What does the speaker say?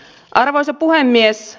arvoisa puhemies